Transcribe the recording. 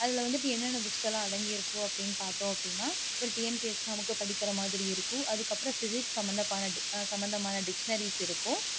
அதில் வந்துகிட்டு என்னென்ன புக்ஸ்சலாம் அடங்கி இருக்கும் அப்படின்னு பார்த்தோம் அப்படின்னா ஒரு டிஎன்பிஎஸ்சி எக்ஸாம்க்கு படிக்கிற மாதிரி இருக்கும் அதுக்கு அப்புறோம் பிசிக்ஸ் சம்மந்தமான டிக்ஸ்னரிஸ் இருக்கும்